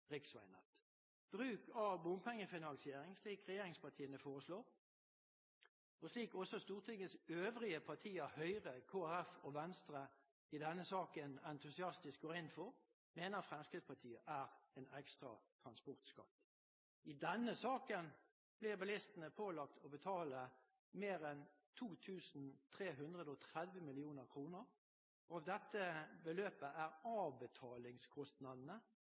Bruk av bompengefinansiering, slik regjeringspartiene foreslår og slik også Stortingets øvrige partier – Høyre, Kristelig Folkeparti og Venstre – i denne saken entusiastisk går inn for, mener FrP er en ekstra transportskatt. I denne saken blir bilistene pålagt å betale mer enn 2 330 mill. kr. Av dette beløpet er avbetalingskostnadene